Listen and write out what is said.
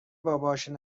باباشو